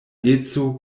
eco